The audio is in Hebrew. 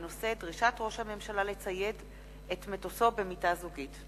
בנושא: דרישת ראש הממשלה לצייד את מטוסו במיטה זוגית.